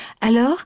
Alors